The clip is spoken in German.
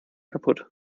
kapput